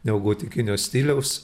neogotikinio stiliaus